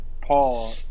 Paul